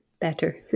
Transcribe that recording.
better